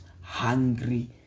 hungry